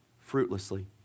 fruitlessly